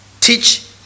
teach